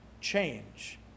change